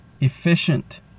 efficient